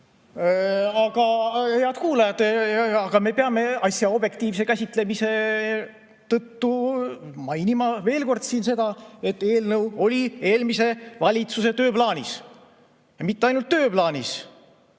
Aga, head kuulajad, me peame asja objektiivselt käsitledes mainima veel kord siin seda, et eelnõu oli eelmise valitsuse tööplaanis. Ja mitte ainult tööplaanis.